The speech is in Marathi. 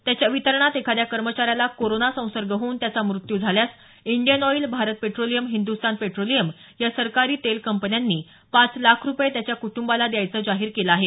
त्याच्या वितरणात एखाद्या कर्मचाऱ्याला कोरोना संसर्ग होऊन त्याचा मृत्यू झाल्यास Indian Oil Bharat petroleum Hindustan petroleum या सरकारी तेल कंपन्यांनी पाच लाख रुपये त्याच्या कुटुंबाला द्यायचं जाहीर केलं आहे